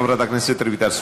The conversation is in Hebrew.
חברת הכנסת רויטל סויד,